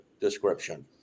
description